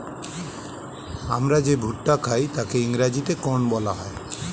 আমরা যে ভুট্টা খাই তাকে ইংরেজিতে কর্ন বলা হয়